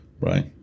Right